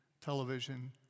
television